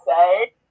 say